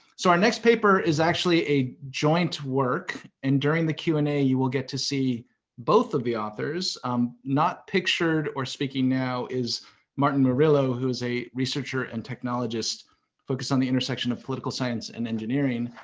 so our next paper is actually a joint work. and, during the q and a, you will get to see both of the authors. um not pictured or speaking now is martin murillo, who is a researcher and technologist focused on the intersection of political science and engineering.